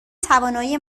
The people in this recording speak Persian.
توانایی